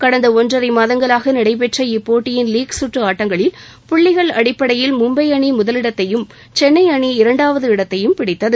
கடந்த ஒன்றரை மாதங்களாக நடைபெற்ற இப்போட்டியின் லீக் சுற்று ஆட்டங்களில் புள்ளிகள் அடிப்படையில் மும்பை அணி முதலிடத்தையும் சென்னை அணி இரண்டாவது இடத்தையும் பிடித்தது